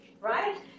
right